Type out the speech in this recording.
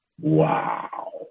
wow